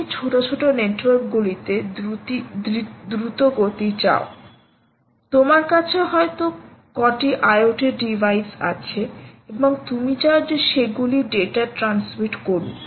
তুমি ছোট ছোট নেটওয়ার্কগুলিতে দ্রুতগতি চাও তোমার কাছে হয়ত কটি IoT ডিভাইস আছে এবং তুমি চাও যে সেগুলি ডেটা ট্রান্সমিট করুক